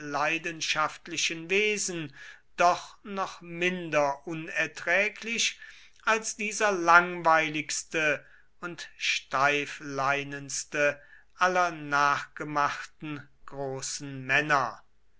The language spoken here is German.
leidenschaftlichen wesen doch noch minder unerträglich als dieser langweiligste und steifleinenste aller nachgemachten großen männer